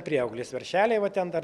prieauglis veršeliai va ten dar